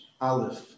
Aleph